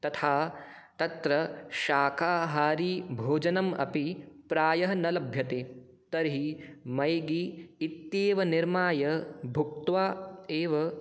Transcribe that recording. तथा तत्र शाकाहारिभोजनम् अपि प्रायः न लभ्यते तर्हि मैगी इत्येव निर्माय भुक्त्वा एव